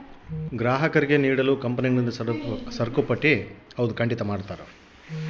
ಗ್ರಾಹಕರಿಗೆ ನೀಡಲು ಕಂಪನಿಗಳಿಂದ ಸರಕುಪಟ್ಟಿ ಮಾಡಿರ್ತರಾ